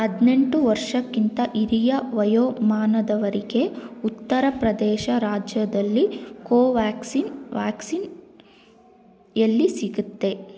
ಹದಿನೆಂಟು ವರ್ಷಕ್ಕಿಂತ ಹಿರಿಯ ವಯೋಮಾನದವರಿಗೆ ಉತ್ತರ ಪ್ರದೇಶ ರಾಜ್ಯದಲ್ಲಿ ಕೋವ್ಯಾಕ್ಸಿನ್ ವ್ಯಾಕ್ಸಿನ್ ಎಲ್ಲಿ ಸಿಗುತ್ತೆ